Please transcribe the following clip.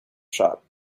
shop